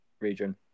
region